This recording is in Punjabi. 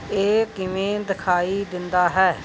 ਇਹ ਕਿਵੇਂ ਦਿਖਾਈ ਦਿੰਦਾ ਹੈ